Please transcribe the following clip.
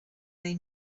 they